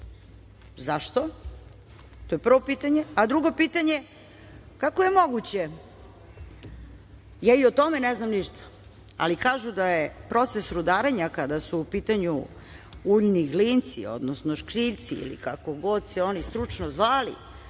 Zašto? To je prvo pitanje. Drugo pitanje – kako je moguće, ja i o tome ne znam ništa, ali kažu da je proces rudarenja, kada su u pitanju uljni glinci, odnosno škriljci ili kako god se oni stručno zvali,